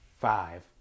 five